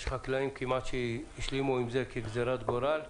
יש חקלאים שכמעט השלימו עם זה כגזירת גורל.